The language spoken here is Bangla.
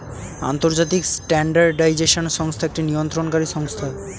আন্তর্জাতিক স্ট্যান্ডার্ডাইজেশন সংস্থা একটি নিয়ন্ত্রণকারী সংস্থা